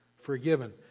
Forgiven